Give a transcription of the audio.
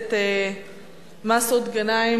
הכנסת מסעוד גנאים